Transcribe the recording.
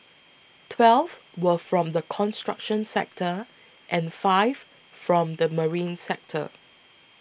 twelve were from the construction sector and five from the marine sector